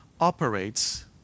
operates